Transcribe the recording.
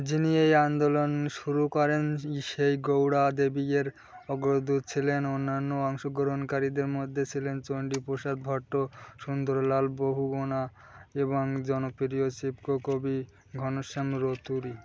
যিনি এই আন্দোলন শুরু করেন সেই গৌড়া দেবী এর অগ্রদূত ছিলেন অন্যান্য অংশগ্রহণকারীদের মদ্যে ছিলেন চন্ডী প্রসাদ ভট্ট সুন্দরলাল বহুগুণা এবং জনপ্রিয় চিপকো কবি ঘনশ্যাম রতুরি